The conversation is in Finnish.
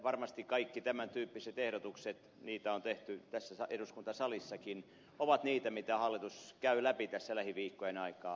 varmasti kaikki tämän tyyppiset ehdotukset niitä on tehty tässä eduskuntasalissakin ovat niitä mitä hallitus käy läpi tässä lähiviikkojen aikaan